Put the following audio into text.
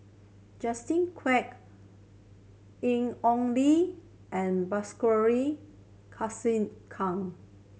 Justin Quek Ian Ong Li and Bilahari Kausikan